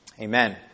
Amen